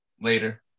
later